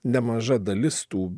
nemaža dalis tų